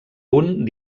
punt